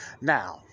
Now